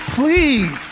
please